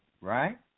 right